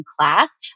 class